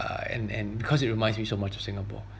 uh and and because it reminds me so much of singapore